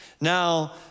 Now